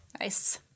Nice